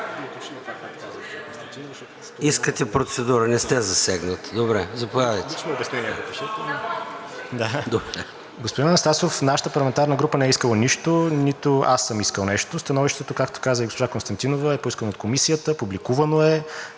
Искате процедура, не сте засегнат, добре. Заповядайте. БОЖИДАР БОЖАНОВ (ДБ): Господин Анастасов, нашата парламентарна група не е искала нищо, нито аз съм искал нещо. Становището, както каза и госпожа Константинова, е поискано от Комисията, публикувано е